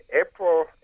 April